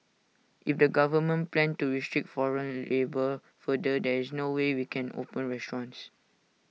if the government plans to restrict foreign labour further there is no way we can open restaurants